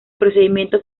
procedimiento